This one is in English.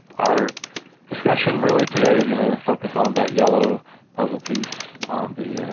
our discussion really today is going to focus on that yellow puzzle piece on the